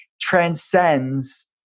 transcends